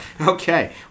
Okay